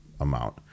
amount